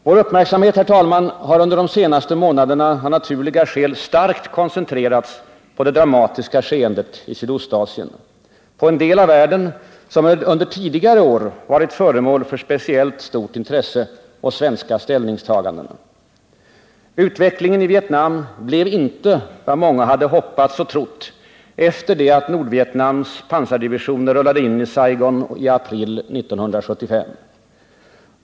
Vår uppmärksamhet, herr talman, har under de senaste månaderna av naturliga skäl starkt koncentrerats på det dramatiska skeendet i Sydostasien och på en del av världen som under tidigare år varit föremål för speciellt stort intresse och svenska ställningstaganden. Utvecklingen i Vietnam blev inte vad många hade hoppats och trott efter det att Nordvietnamns pansardivisioner rullade in i Saigon i april 1975.